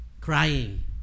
crying